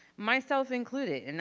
myself included. and